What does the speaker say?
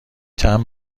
تمبر